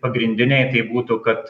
pagrindiniai tai būtų kad